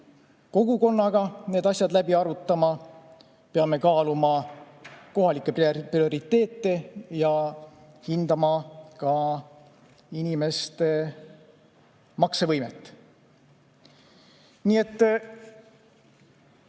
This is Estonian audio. kogukonnaga need asjad läbi arutama, peame kaaluma kohalikke prioriteete ja hindama ka inimeste maksevõimet. See